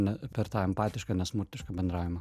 ne per tą empatišką nesmurtišką bendravimo